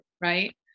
right